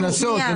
זה קנסות.